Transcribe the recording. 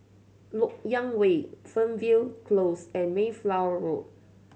Lok Yang Way Fernvale Close and Mayflower Road